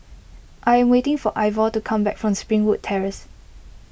I am waiting for Ivor to come back from Springwood Terrace